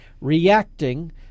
reacting